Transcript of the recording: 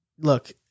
Look